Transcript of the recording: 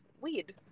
weed